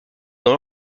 dans